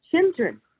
children